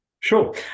Sure